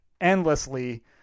endlessly